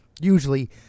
usually